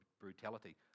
brutality